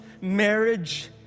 marriage